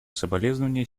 соболезнования